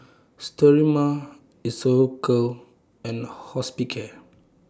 Sterimar Isocal and Hospicare